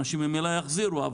אנשים ממילא יחזירו.